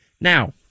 Now